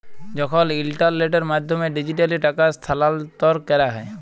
যখল ইলটারলেটের মাধ্যমে ডিজিটালি টাকা স্থালাল্তর ক্যরা হ্যয়